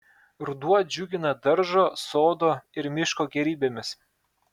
ruduo džiugina daržo sodo ir miško gėrybėmis